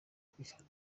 kwihana